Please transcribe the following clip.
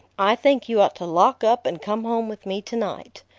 i think you ought to lock up and come home with me to-night.